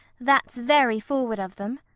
that's very forward of them.